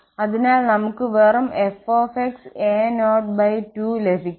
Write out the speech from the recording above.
അതിനാൽ നമ്മൾ ക്ക് വെറും f −a02 ലഭിക്കുന്നു